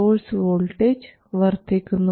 source voltage വർദ്ധിക്കുന്നു